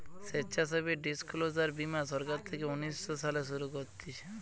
স্বেচ্ছাসেবী ডিসক্লোজার বীমা সরকার থেকে উনিশ শো সালে শুরু করতিছে